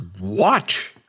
watch